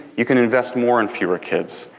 you can invest more in fewer kids.